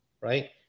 right